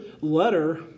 letter